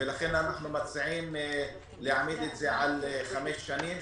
לכן אנו מציעים להעמיד את זה על חמש שנים.